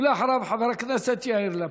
ואחריו, חבר הכנסת יאיר לפיד.